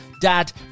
dad